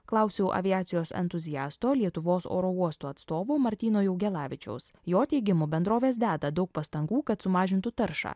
klausiau aviacijos entuziasto lietuvos oro uostų atstovo martyno jaugelavičiaus jo teigimu bendrovės deda daug pastangų kad sumažintų taršą